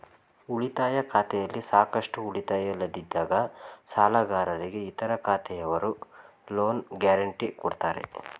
ಉಳಿತಾಯ ಖಾತೆಯಲ್ಲಿ ಸಾಕಷ್ಟು ಉಳಿತಾಯ ಇಲ್ಲದಿದ್ದಾಗ ಸಾಲಗಾರರಿಗೆ ಇತರ ಖಾತೆಯವರು ಲೋನ್ ಗ್ಯಾರೆಂಟಿ ಕೊಡ್ತಾರೆ